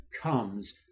comes